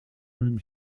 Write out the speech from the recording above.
room